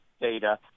data